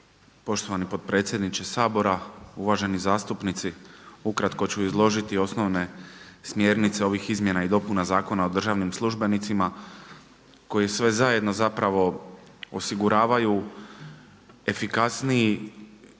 poštovani potpredsjedniče Sabora, uvaženi zastupnici. Ukratko ću izložiti osnovne smjernice ovih Izmjena i dopuna Zakona o državnim službenicima koji sve zajedno zapravo osiguravaju efikasniji